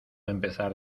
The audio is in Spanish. empezar